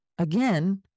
Again